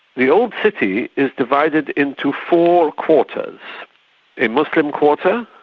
the old city is divided into four quarters a muslim quarter,